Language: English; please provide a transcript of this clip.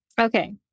Okay